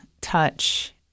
touch